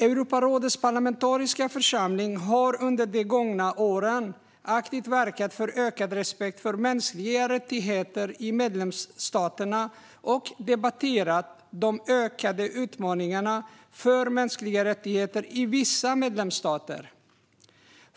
Europarådets parlamentariska församling har under de gångna åren aktivt verkat för ökad respekt för mänskliga rättigheter i medlemsstaterna och debatterat de ökade utmaningarna för mänskliga rättigheter i vissa medlemsstater.